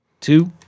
two